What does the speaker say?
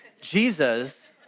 Jesus